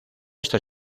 esta